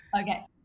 okay